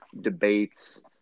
debates